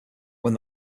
when